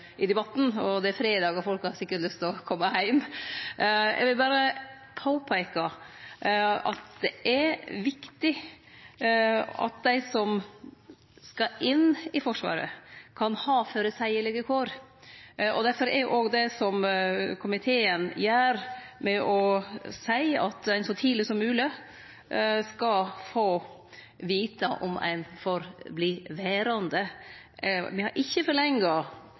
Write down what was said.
debatten, og det er fredag, og folk har sikkert lyst til å kome heim. Eg vil berre påpeike at det er viktig at dei som skal inn i Forsvaret, kan ha føreseielege kår. Difor seier komiteen det den gjer, om at ein så tidleg som mogleg skal få vite om ein får verte verande. Me har ikkje